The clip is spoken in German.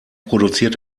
produziert